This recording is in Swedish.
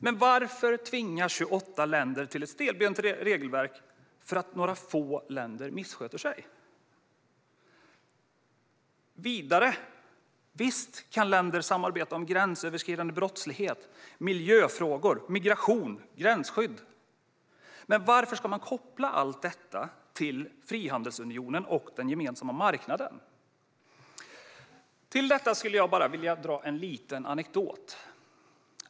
Men varför tvinga 28 länder till ett stelbent regelverk för att några få länder missköter sig? Visst kan länder samarbeta om gränsöverskridande brottslighet, miljöfrågor, migration och gränsskydd. Men varför ska man koppla allt detta till frihandelsunionen och den gemensamma marknaden? Till detta skulle jag vilja dra en liten anekdot.